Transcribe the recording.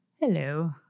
hello